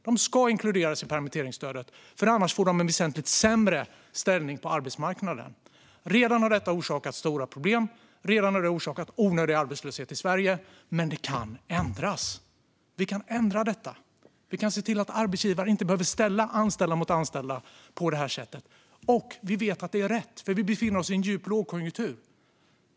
De ska inkluderas därför att de annars får en väsentligt sämre ställning på arbetsmarknaden. Detta har redan orsakat stora problem och onödig arbetslöshet i Sverige, men det kan ändras. Vi kan ändra detta. Vi kan se till att arbetsgivare inte behöver ställa anställda mot anställda på det här sättet. Vi vet att det är rätt, för vi befinner oss i en djup lågkonjunktur.